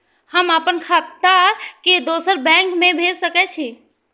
हम आपन खाता के दोसर बैंक में भेज सके छी?